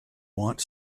want